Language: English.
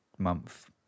Month